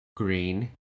Green